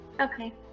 Okay